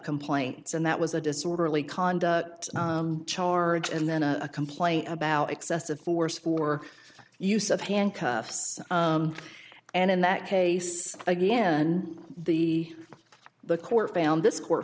complaints and that was a disorderly conduct charge and then a complaint about excessive force for use of handcuffs and in that case again the the court found this court